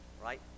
right